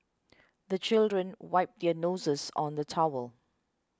the children wipe their noses on the towel